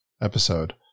episode